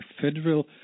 federal